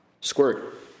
squirt